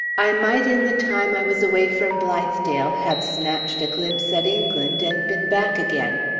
i might in the time i was away from blithedale have snatched a glimpse at england, and been back again.